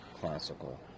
classical